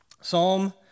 Psalm